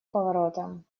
поворотом